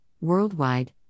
worldwide